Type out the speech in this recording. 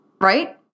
Right